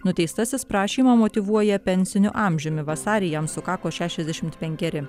nuteistasis prašymą motyvuoja pensiniu amžiumi vasarį jam sukako šešiasdešimt penkeri